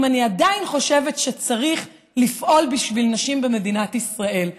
אם אני עדיין חושבת שצריך לפעול בשביל נשים במדינת ישראל,